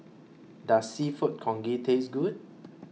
Does Seafood Congee Taste Good